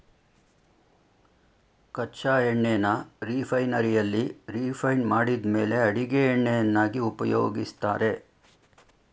ಕಚ್ಚಾ ಎಣ್ಣೆನ ರಿಫೈನರಿಯಲ್ಲಿ ರಿಫೈಂಡ್ ಮಾಡಿದ್ಮೇಲೆ ಅಡಿಗೆ ಎಣ್ಣೆಯನ್ನಾಗಿ ಉಪಯೋಗಿಸ್ತಾರೆ